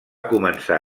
començar